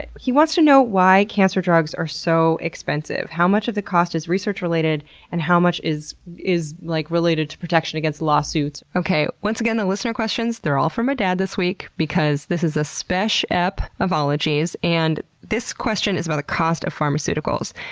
wants to know why cancer drugs are so expensive. how much of the cost is research related and how much is is like related to protection against lawsuits? okay, once again, the listener questions, they're all from my dad this week because this is a spesh ep of ologies and this question is about the cost of pharmaceuticals.